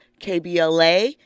KBLA